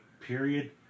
period